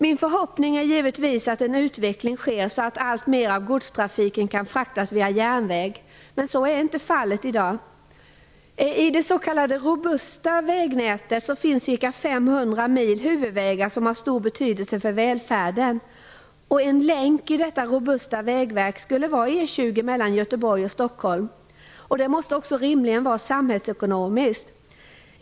Min förhoppning är givetvis att en utveckling sker så att alltmer gods kan fraktas via järnväg, men så är inte fallet i dag. I det s.k. robusta vägnätet finns ca 500 mil huvudvägar, som har stor betydelse för välfärden. En länk i detta robusta vägnät skulle vara E 20 mellan Göteborg och Stockholm. Det måste också rimligen vara samhällsekonomiskt.